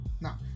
now